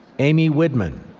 amy widmann.